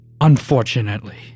unfortunately